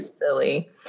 silly